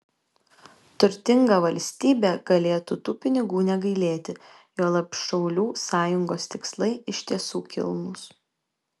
turtinga valstybė galėtų tų pinigų negailėti juolab šaulių sąjungos tikslai iš tiesų kilnūs